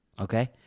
Okay